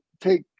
take